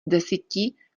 desíti